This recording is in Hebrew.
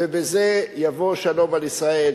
ובזה יבוא שלום על ישראל.